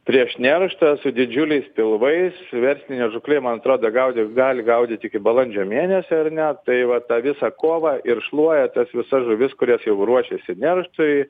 prieš nerštą su didžiuliais pilvais verslinė žūklė man atrodo gaudė gali gaudyti iki balandžio mėnesio ar ne tai va tą visą kovą ir šluoja tas visas žuvis kurios jau ruošiasi nerštui